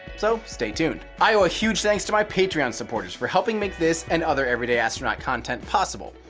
so stay tuned. i owe a huge thanks to my patreon supporters for helping making this and other everyday astronaut content possible.